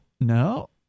No